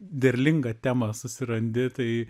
derlingą temą susirandi tai